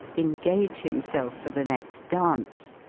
engage himself for the next dance,